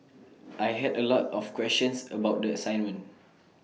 I had A lot of questions about the assignment